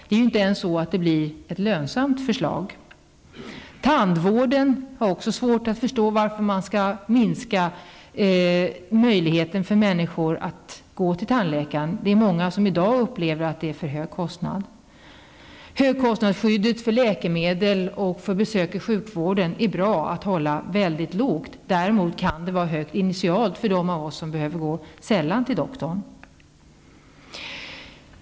Detta är inte ens ett lönsamt förslag. Vidare har jag svårt att förstå varför man skall minska möjligheten för människor att gå till tandläkare. Många upplever i dag att kostnaden är för hög. Det är bra om högkostnadsskyddet för läkemedel och för besök i sjukvården hålls väldigt lågt. Däremot kan det vara högt initialt för dem av oss som sällan behöver gå till doktorn.